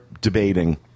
debating